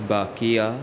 बाकिया